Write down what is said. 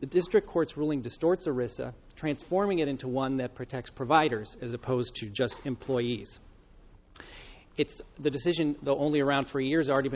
the district court's ruling distorts arista transforming it into one that protects providers as opposed to just employees it's the decision that only around for years already been